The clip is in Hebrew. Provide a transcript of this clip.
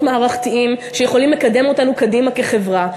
מערכתיים שיכולים לקדם אותנו קדימה כחברה.